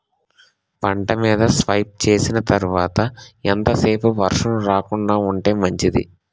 పంట మీద స్ప్రే చేసిన తర్వాత ఎంత సేపు వర్షం రాకుండ ఉంటే మంచిది?